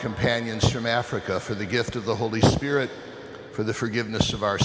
companions from africa for the gift of the holy spirit for the forgiveness of our